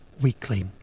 weekly